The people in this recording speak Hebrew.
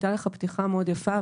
הייתה לך פתיחה מאוד יפה,